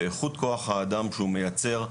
ואיכות כוח האדם שהוא מייצר,